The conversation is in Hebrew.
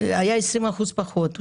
היה 20% פחות,